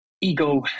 ego